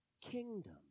kingdom